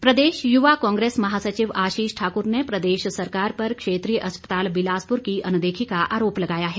युवा कांग्रेस प्रदेश युवा कांग्रेस महा सचिव आशीष ठाक्र ने प्रदेश सरकार पर क्षेत्रीय अस्पताल बिलासपुर की अनदेखी का आरोप लगाया है